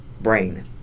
brain